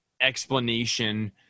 explanation